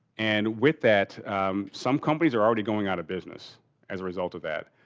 and with that some companies are already going out of business as a result of that,